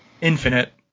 Infinite